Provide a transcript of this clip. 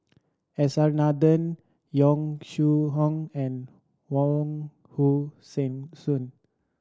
S R Nathan Yong Shu Hoong and Wong Hong Suen